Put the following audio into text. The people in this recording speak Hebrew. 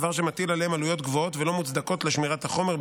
דבר שמטיל עליהם עלויות גבוהות ולא מוצדקות לשמירת החומר.